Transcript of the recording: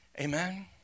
Amen